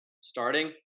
starting